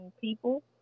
people